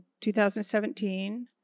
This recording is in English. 2017